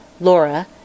Laura